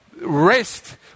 rest